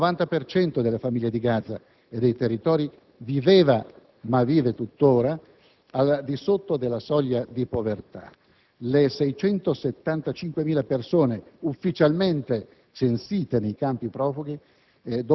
cento delle famiglie di Gaza e dei territori viveva, ma vive tuttora, al di sotto della soglia di povertà. Le 675.000 persone ufficialmente censite nei campi profughi